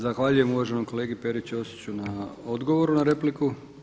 Zahvaljujem uvaženom kolegi Peri Ćosiću na odgovoru na repliku.